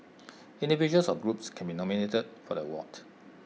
individuals or groups can be nominated for the ward